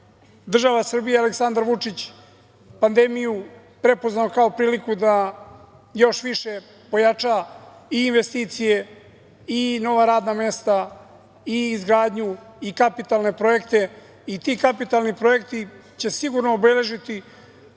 država Srbija i Aleksandar Vučić pandemiju prepoznali kao priliku da još više pojačaju investicije, nova radna mesta i izgradnju i kapitalne projekte. Ti kapitalni projekti će sigurno obeležiti